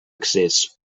accés